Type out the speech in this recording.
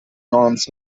nouns